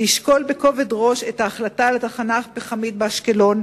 לשקול בכובד ראש את ההחלטה על התחנה הפחמית באשקלון,